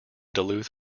duluth